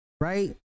right